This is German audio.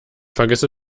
vergesse